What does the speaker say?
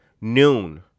noon